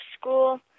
school